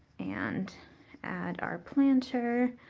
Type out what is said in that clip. and add our planter.